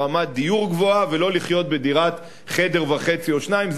ולא לחיות בדירת חדר-וחצי או שניים.